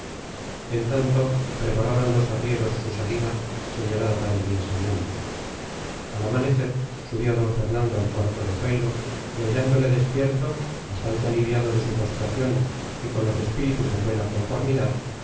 en tanto preparaban los arrieros su salida señalada para el día siguiente al amanecer subió d fernando al cuarto de zoilo y hallándole despierto bastante aliviado de su postración y con los espíritus en buena conformidad